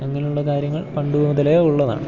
അങ്ങനെയുള്ള കാര്യങ്ങൾ പണ്ട് മുതലേ ഉള്ളതാണ്